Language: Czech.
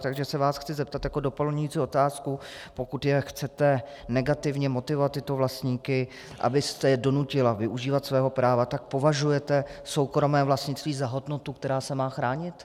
Takže se vás chci zeptat jako doplňující otázku: pokud chcete negativně motivovat tyto vlastníky, abyste je donutila využívat svého práva, tak považujete soukromé vlastnictví za hodnotu, která se má chránit?